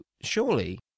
surely